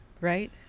right